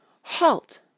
HALT